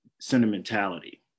sentimentality